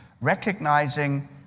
recognizing